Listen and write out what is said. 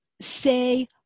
say